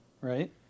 right